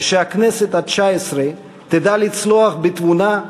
ושהכנסת התשע-עשרה תדע לצלוח בתבונה,